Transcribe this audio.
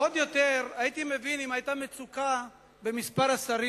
עוד יותר הייתי מבין אם היתה מצוקה במספר השרים.